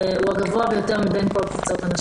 הוא הגבוה ביותר מבין כל קבוצות הנשים שנבדקו.